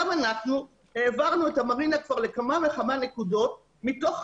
גם אנחנו העברנו את המרינה כבר לכמה וכמה נקודות מתוך